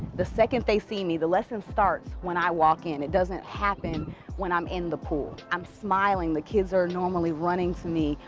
the second they see me, the lesson starts when i walk in. it doesn't happen when i'm in the pool. i'm smiling, the kids are normally running to me,